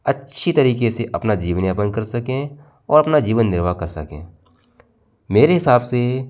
अच्छे तरीके से अपना जीवन यापन कर सकें और अपना जीवन निर्वाह कर सकें मेरे हिसाब से